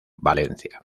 valencia